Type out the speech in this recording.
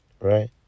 Right